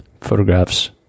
photographs